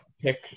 pick